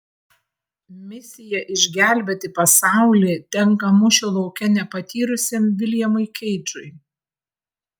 misija išgelbėti pasaulį tenka mūšio lauke nepatyrusiam viljamui keidžui